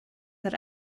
that